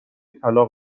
طلاق